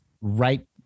right